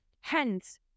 Hence